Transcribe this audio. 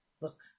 Look